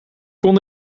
kon